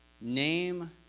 name